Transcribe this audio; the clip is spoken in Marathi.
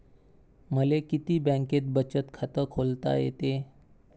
मले किती बँकेत बचत खात खोलता येते?